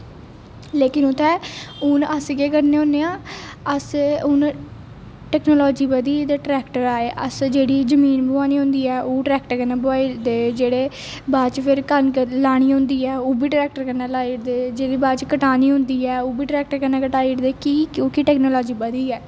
लेकिन उत्थै हून अस केह् करने होन्ने आं अस हून टेक्नोलाॅजी बधी गेई ते ट्रैक्टर आए अस जेहड़ी जमीन बुहानी होंदी ऐ ओह् ट्रैक्टर कन्नै बुहाई ओड़दे जेहडे़ बाद च फिर कनक लानी होंदी ओह्बी ट्रैक्टर कन्नै लाई ओड़दे जेहड़ी बाद च कटानी होंदी ऐ ओह्बी ट्रैक्टर कन्नै कटाई ओड़दे कि क्योंकि टेक्नोलाॅजी बधी ऐ